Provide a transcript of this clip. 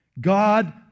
God